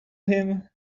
him